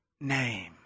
name